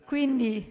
Quindi